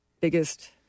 biggest